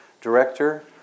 director